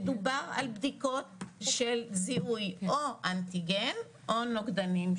מדובר על בדיקות של זיהוי או אנטיגן או נוגדנים,